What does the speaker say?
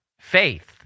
faith